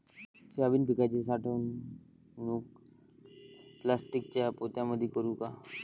Soybean पिकाची साठवणूक प्लास्टिकच्या पोत्यामंदी करू का?